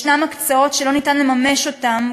ישנן הקצאות שלא ניתן לממש אותן,